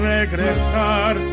regresar